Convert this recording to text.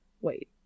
Wait